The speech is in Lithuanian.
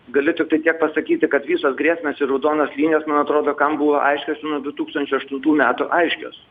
galiu tiktai tiek pasakyti kad visos grėsmės ir raudonos linijos man atrodo kam buvo aiškios nuo du tūkstančiai aštuntų metų aiškios